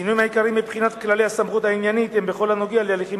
השינויים העיקריים מבחינת כללי הסמכות העניינית הם בכל הנוגע להליכים